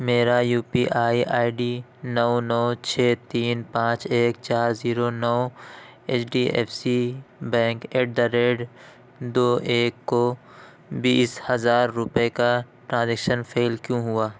میرا U P I I D نو نو چھ تین پانچ ایک چار زیرو نو H D F C bank at the rate دو ایک کو بیس ہزار روپئے کا ٹرانزیکشن فیل کیوں ہوا